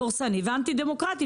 דורסני ואנטי-דמוקרטי,